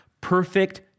perfect